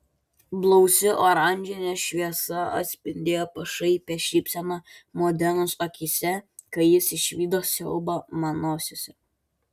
blausi oranžinė šviesa atspindėjo pašaipią šypseną modenos akyse kai jis išvydo siaubą manosiose